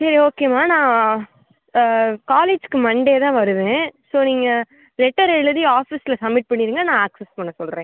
சரி ஓகேம்மா நான் காலேஜ்க்கு மண்டே தான் வருவேன் ஸோ நீங்கள் லெட்டர் எழுதி ஆஃபீஸில் சப்மிட் பண்ணிவிடுங்க நான் அக்சஸ் பண்ண சொல்லுறேன்